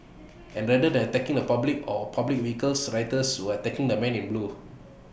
and rather than attacking the public or public vehicles rioters were attacking the men in blue